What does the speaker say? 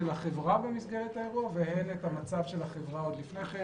החברה במסגרת האירוע והן את המצב של החברה עוד לפני כן